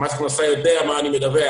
מס הכנסה יודע על מה אני מדווח.